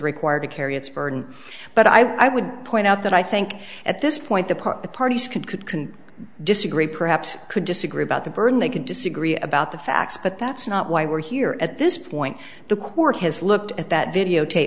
required to carry its burden but i would point out that i think at this point the part the parties could could can disagree perhaps could disagree about the burden they could disagree about the facts but that's not why we're here at this point the court has looked at that videotape